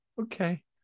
okay